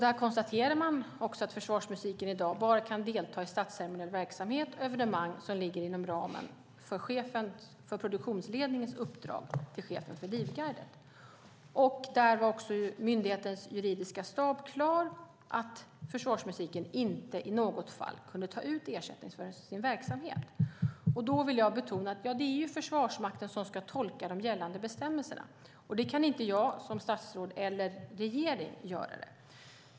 Där konstaterade man också att försvarsmusiken i dag bara kan delta i statsceremoniell verksamhet och evenemang som ligger inom ramen för uppdrag från chefen för produktionsledningen till chefen för Livgardet. Där var också myndighetens juridiska stab klar med att försvarsmusiken inte i något fall kunde ta ut ersättning för sin verksamhet. Då vill jag betona att det är Försvarsmakten som ska tolka de gällande bestämmelserna. Det kan inte jag som statsråd eller regeringen göra.